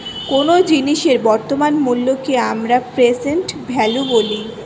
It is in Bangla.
কোনো জিনিসের বর্তমান মূল্যকে আমরা প্রেসেন্ট ভ্যালু বলি